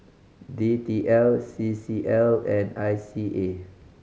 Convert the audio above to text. D T L C C L and I C A